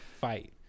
fight